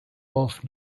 both